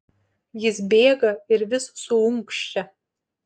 jis bėga ir vis suunkščia